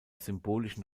symbolischen